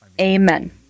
Amen